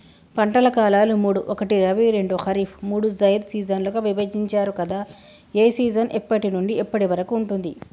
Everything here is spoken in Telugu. పంటల కాలాలు మూడు ఒకటి రబీ రెండు ఖరీఫ్ మూడు జైద్ సీజన్లుగా విభజించారు కదా ఏ సీజన్ ఎప్పటి నుండి ఎప్పటి వరకు ఉంటుంది?